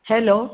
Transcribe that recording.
hello